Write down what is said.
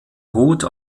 ruth